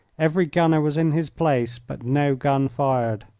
every gunner was in his place, but no gun fired.